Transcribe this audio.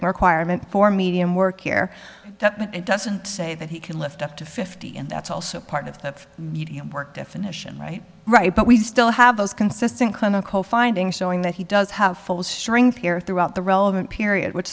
requirement for medium work here it doesn't say that he can lift up to fifty and that's also part of the work definition right right but we still have those consistent clinical findings showing that he does have full strength here throughout the relevant period which